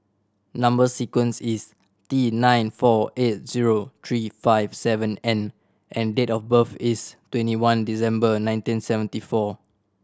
number sequence is T nine four eight zero three five seven N and date of birth is twenty one December nineteen seventy four